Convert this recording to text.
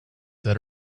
that